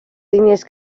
línies